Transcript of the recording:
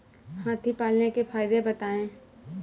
हाथी पालने के फायदे बताए?